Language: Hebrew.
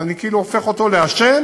אני כאילו הופך אותו לאשם,